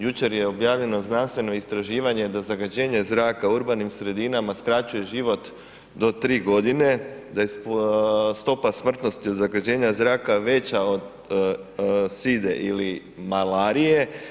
Jučer je objavljeno znanstveno istraživanje da zagađenje zraka u urbanim sredinama skraćuje život do 3.g., da je stopa smrtnosti od zagađenja zraka veća od side ili malarije.